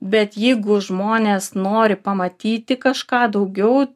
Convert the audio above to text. bet jeigu žmonės nori pamatyti kažką daugiau